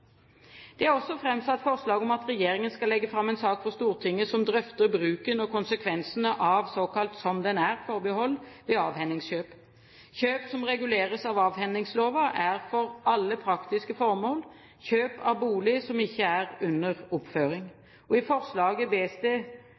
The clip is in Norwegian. Det er også framsatt forslag om at regjeringen skal legge fram en sak for Stortinget som drøfter bruken og konsekvensene av «som den er»-forbehold ved avhendingskjøp. Kjøp som reguleres av avhendingslova, er for alle praktiske formål kjøp av bolig som ikke er under oppføring. I forslaget